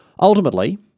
Ultimately